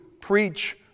preach